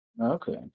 okay